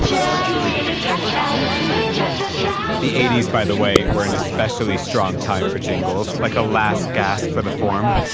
um the eighty s by the way were an especially strong time for jingles, like a last gasp for the form